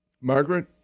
Margaret